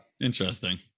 Interesting